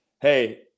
Hey